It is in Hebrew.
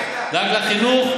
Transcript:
דאגת לחינוך,